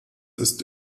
ist